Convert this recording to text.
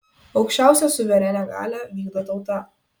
aukščiausią suverenią galią vykdo tauta